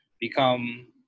become